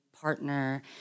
partner